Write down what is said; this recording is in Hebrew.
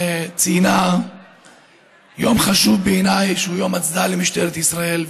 ציינה יום חשוב, בעיניי: יום הצדעה למשטרת ישראל.